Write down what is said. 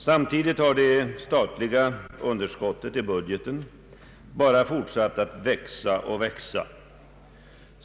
Samtidigt har det statliga underskottet i budgeten bara fortsatt att växa.